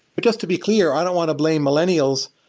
but just to be clear, i don't want to blame millennials.